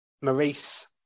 maurice